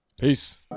Peace